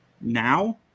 now